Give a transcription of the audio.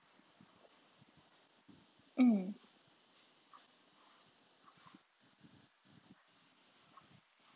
mm